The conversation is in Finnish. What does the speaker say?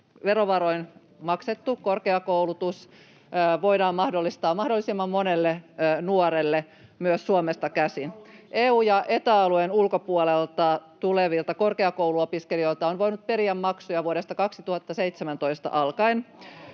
verovaroin maksettu korkeakoulutus voidaan mahdollistaa mahdollisimman monelle nuorelle myös Suomesta käsin. [Antti Kurvisen välihuuto] EU- ja Eta-alueen ulkopuolelta tulevilta korkeakouluopiskelijoilta on voinut periä maksuja vuodesta 2017 alkaen,